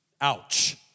ouch